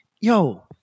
Yo